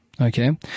Okay